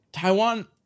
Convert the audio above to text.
Taiwan